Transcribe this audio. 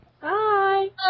Bye